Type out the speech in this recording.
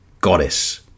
goddess